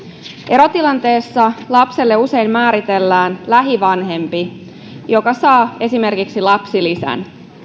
erotilanteessa lapselle usein määritellään lähivanhempi joka saa esimerkiksi lapsilisän